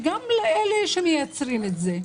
וגם לאלה שמייצרים את זה.